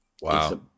Wow